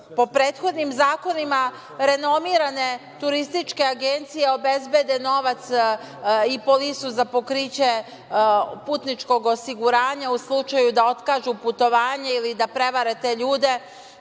po prethodnim zakonima renomirane turističke agencije obezbede novac i polisu za pokriće putničkog osiguranja u slučaju da otkažu putovanje ili da prevare te ljude,